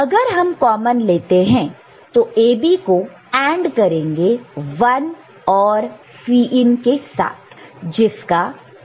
अगर हम कॉमन लेते हैं तो AB को AND करेंगे 1 OR Cin के साथ जिसका उत्तर AB है